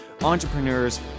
entrepreneurs